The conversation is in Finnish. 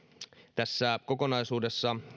tässä kokonaisuudessa